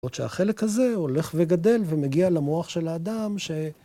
‫למרות שהחלק הזה הולך וגדל ‫ומגיע למוח של האדם ש...